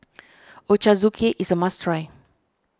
Ochazuke is a must try